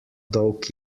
dolg